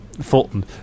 Fulton